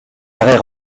arrêts